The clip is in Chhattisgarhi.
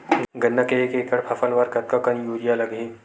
गन्ना के एक एकड़ फसल बर कतका कन यूरिया लगही?